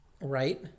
Right